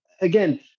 again